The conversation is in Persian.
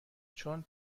چون